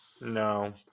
No